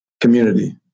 community